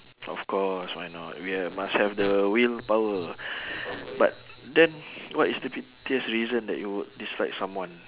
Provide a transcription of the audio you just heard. of course why not we must have the willpower but then what is the pettiest reason that you would dislike someone